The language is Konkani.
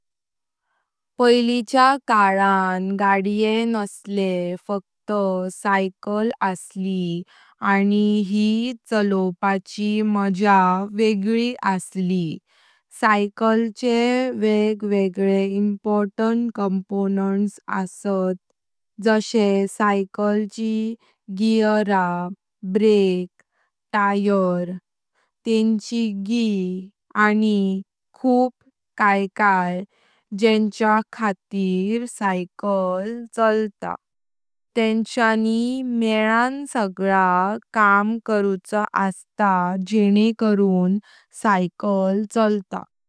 पैलिच्या काळान गाड्ये नसले फक्त सायकल असली आनी यी चलोवपाची माझ्या वेगळी असली। सायकलचे वेड वेग इम्पॉर्टंट कॉम्पोनेंट्स अस्तात। जशे सायकलची गीअर, ब्रेक, टायर, तेनचि गी आनी खुर्प किते किते जेंच्या खातीर। तेनच्याणी मेळण सगळा काम करूचा असता जेंणे करून सायकल चालता।